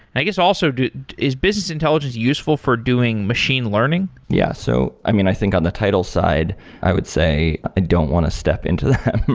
i guess, also do is business intelligence useful for doing machine learning? yeah. so i mean, i think on the title side i would say i don't want to step into them,